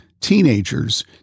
teenagers